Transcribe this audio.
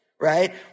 right